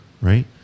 right